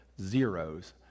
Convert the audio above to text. Zeros